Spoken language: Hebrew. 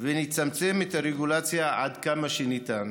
ונצמצם את הרגולציה עד כמה שניתן.